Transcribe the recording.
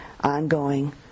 ongoing